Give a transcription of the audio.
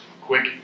quick